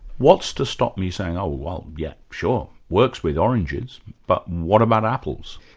what's to stop me saying oh well, yes, sure, works with oranges, but what about apples?